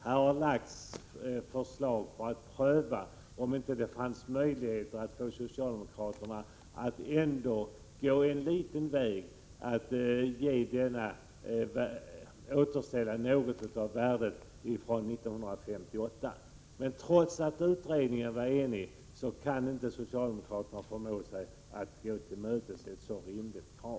Det har här lagts fram förslag som ger socialdemokraterna möjlighet att återställa något av det värde som det skattefria beloppet vid gåvor hade 1958. Men trots att utredningen var enig kan socialdemokraterna inte förmå sig att tillmötesgå ett så rimligt krav.